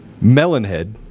melonhead